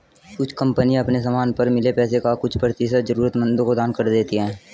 कुछ कंपनियां अपने समान पर मिले पैसे का कुछ प्रतिशत जरूरतमंदों को दान कर देती हैं